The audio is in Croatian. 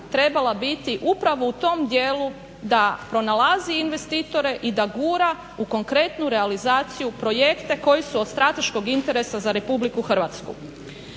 trebala biti upravo u tom dijelu da pronalazi investitore i da gura u konkretnu realizaciju projekte koji su od strateškog interesa za RH.